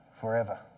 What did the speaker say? forever